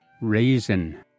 Raisin